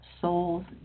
soul's